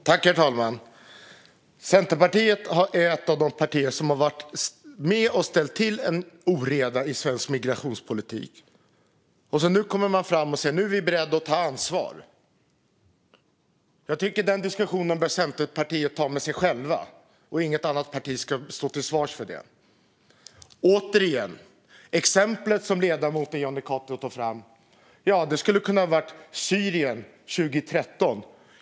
Herr talman! Centerpartiet är ett av de partier som har varit med och ställt till oreda i svensk migrationspolitik. Nu kommer man fram och säger att man är beredd att ta ansvar. Den diskussionen bör Centerpartiet ta med sig självt. Inget annat parti ska stå till svars för detta. Ett exempel på det som ledamoten Jonny Cato framhåller skulle kunna vara Syrien 2013.